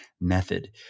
method